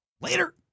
Later